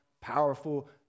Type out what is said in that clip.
powerful